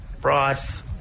Bryce